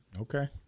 Okay